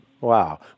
Wow